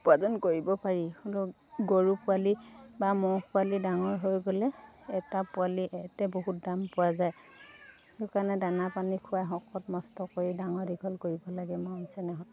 উপাৰ্জন কৰিব পাৰি গৰু পোৱালি বা ম'হ পোৱালি ডাঙৰ হৈ গ'লে এটা পোৱালি ইয়াতে বহুত দাম পোৱা যায় সেইকাৰণে দানা পানী খোৱাই শকত মস্ত কৰি ডাঙৰ দীঘল কৰিব লাগে মই মৰম চেনেহত